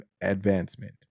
advancement